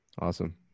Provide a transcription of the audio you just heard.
Awesome